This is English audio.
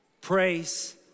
praise